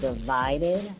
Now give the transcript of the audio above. divided